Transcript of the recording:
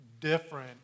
different